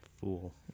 Fool